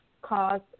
Cause